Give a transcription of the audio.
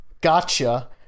Gotcha